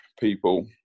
people